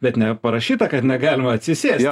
bet neparašyta kad negalima atsisėsti